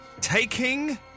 taking